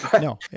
No